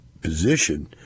position